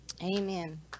Amen